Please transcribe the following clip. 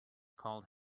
called